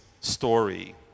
story